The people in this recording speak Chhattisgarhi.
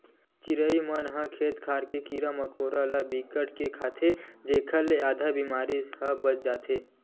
चिरई मन ह खेत खार के कीरा मकोरा ल बिकट के खाथे जेखर ले आधा बेमारी ह बाच जाथे